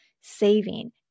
saving